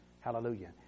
Hallelujah